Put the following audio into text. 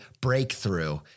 breakthrough